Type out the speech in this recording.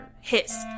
hiss